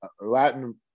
Latin